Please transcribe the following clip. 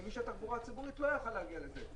ולמי שצריך תחבורה ציבורית לא יכול היה להגיע לזה.